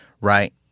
right